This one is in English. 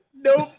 Nope